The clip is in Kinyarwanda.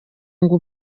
ngo